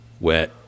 wet